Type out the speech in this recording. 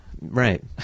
Right